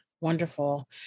Wonderful